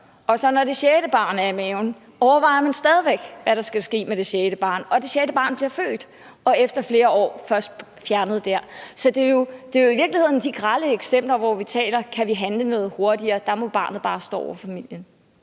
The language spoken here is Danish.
og når det sjette barn så er i maven, overvejer man stadig væk, hvad der skal ske med det; og det sjette barn bliver født og først fjernet efter flere år. Så det er jo i virkeligheden de grelle eksempler, hvor vi spørger: Kan vi handle noget hurtigere? Og der må barnet bare stå over familien.